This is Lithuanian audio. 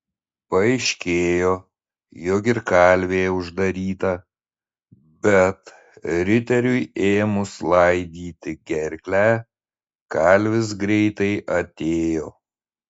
paaiškėjo jog ir kalvė uždaryta bet riteriui ėmus laidyti gerklę kalvis greitai atėjo